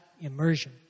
immersion